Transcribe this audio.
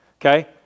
okay